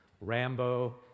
Rambo